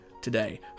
today